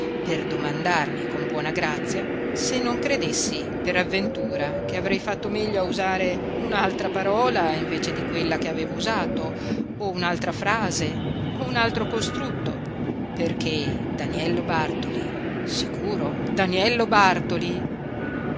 per domandarmi con buona grazia se non credessi per avventura che avrei fatto meglio a usare un'altra parola invece di quella che avevo usata o un'altra frase o un altro costrutto perché daniello bartoli sicuro daniello bartoli